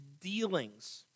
dealings